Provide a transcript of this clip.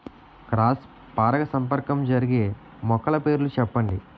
Cross పరాగసంపర్కం జరిగే మొక్కల పేర్లు చెప్పండి?